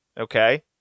Okay